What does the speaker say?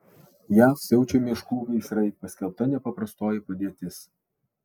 jav siaučia miškų gaisrai paskelbta nepaprastoji padėtis